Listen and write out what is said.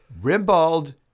Rimbald